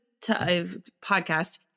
podcast